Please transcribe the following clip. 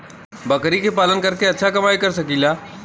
बकरी के पालन करके अच्छा कमाई कर सकीं ला?